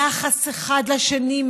יחס מעוות אחד לשני.